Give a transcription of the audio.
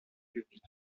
public